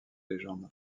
légendes